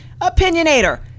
opinionator